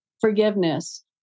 forgiveness